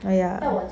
ya